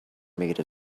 made